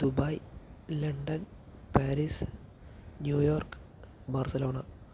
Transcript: Dubai London Paris New York Barcelona